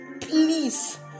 Please